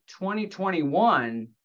2021